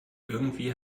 irgendwie